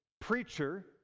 preacher